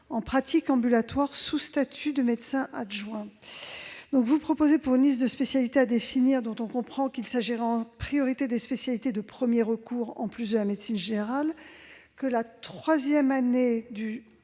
en pratique ambulatoire sous statut de médecin adjoint. Vous proposez, pour une liste de spécialités à définir- on comprend qu'il s'agira en priorité des spécialités de premier recours en plus de la médecine générale -, que la dernière année du